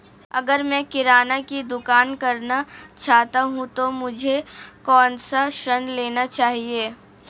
अगर मैं किराना की दुकान करना चाहता हूं तो मुझे कौनसा ऋण लेना चाहिए?